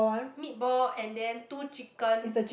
meat ball and then two chicken